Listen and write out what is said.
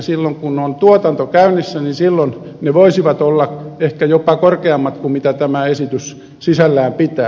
silloin kun on tuotanto käynnissä ne voisivat olla ehkä jopa korkeammat kuin tämä esitys sisällään pitää